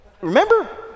Remember